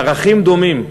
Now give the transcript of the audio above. ערכים דומים.